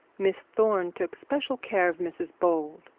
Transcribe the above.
miss thorne took special care of mrs bold.